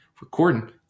recording